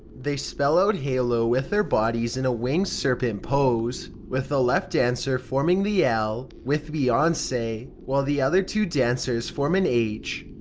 they spell out halo with their bodies in a winged serpent pose, with the left dancer forming the l with beyonce, while the two dancers form an h.